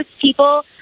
people